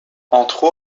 entre